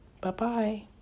Bye-bye